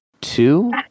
two